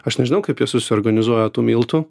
aš nežinau kaip jie susiorganizuoja tų miltų